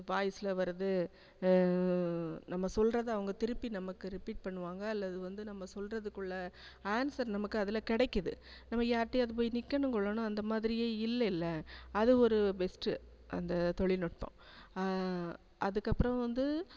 வாய்ஸில் வருது நம்ம சொல்கிறத அவங்க திருப்பி நமக்கு ரிப்பீட் பண்ணுவாங்க அல்லது வந்து நம்ம சொல்கிறதுக்குள்ள ஆன்சர் நமக்கு அதில் கிடைக்கிது நம்ம யார்கிட்டையாது போய் நிற்கணும் கொள்ளணும் அந்த மாதிரியே இல்லைல்ல அது ஒரு பெஸ்ட்டு அந்த தொழில்நுட்பம் அதுக்கப்புறம் வந்து